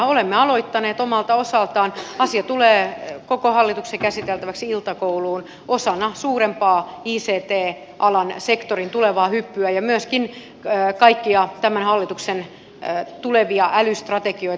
olemme aloittaneet omalta osaltamme ja asia tulee koko hallituksen käsiteltäväksi iltakouluun osana suurempaa ict alan sektorin tulevaa hyppyä ja myöskin kaikkia tämän hallituksen tulevia älystrategioita